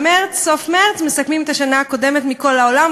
בסוף מרס מסכמים את השנה הקודמת בכל העולם,